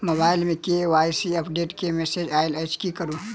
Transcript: Mobile मे KYC update केँ message आइल अछि की करू?